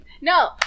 No